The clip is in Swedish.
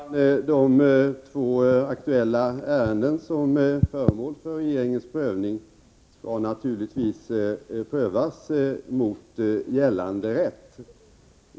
Herr talman! De två aktuella ärenden som är föremål för regeringens prövning skall naturligtvis prövas mot gällande rätt.